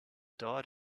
diet